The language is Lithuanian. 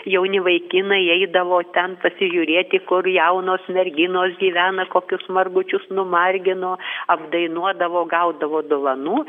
jauni vaikinai eidavo ten pasižiūrėti kur jaunos merginos gyvena kokius margučius numargino apdainuodavo gaudavo dovanų